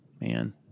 Man